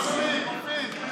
לא שומעים.